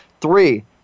Three